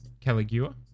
Caligula